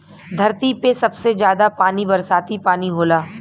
धरती पे सबसे जादा पानी बरसाती पानी होला